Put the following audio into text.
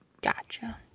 Gotcha